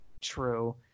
true